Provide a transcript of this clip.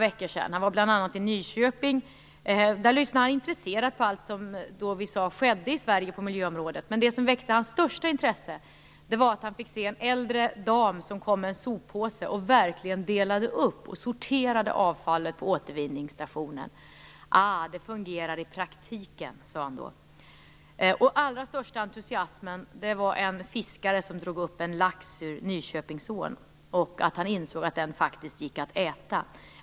Han var bl.a. i Nyköping, där han intresserat lyssnade på allt som vi sade sker i Sverige på miljöområdet. Men det som väckte hans största intresse var när han fick se en äldre dam komma med en soppåse och verkligen sortera upp avfallet på återvinningsstationen. Han sade då: Ah, det fungerar i praktiken! Den allra största entusiasmen väcktes när en fiskare drog upp en lax ur Nyköpingsån och ministern insåg att den faktiskt gick att äta.